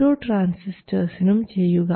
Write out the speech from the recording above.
ഓരോ ട്രാൻസിസ്റ്റർസിനും ചെയ്യുക